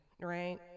right